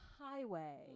highway